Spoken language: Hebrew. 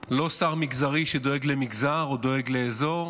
לא שר מגזרי שדואג למגזר או דואג לאזור,